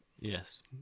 Yes